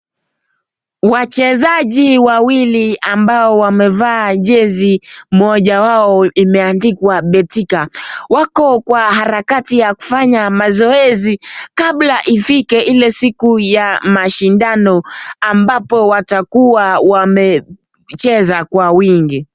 Wachezaji wawili ambao wamevaa jezi mmoja wao imeandikwa betika. Wako kwa harakati wa kufanya jmazoezi kabla ifike ile siku ya mashindano ambapo watakuwa wamecheza kwa wingi.